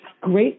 great